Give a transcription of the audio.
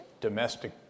domestic